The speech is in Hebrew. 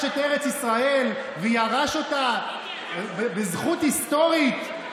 את ארץ ישראל וירש אותה בזכות היסטורית.